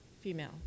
female